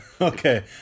Okay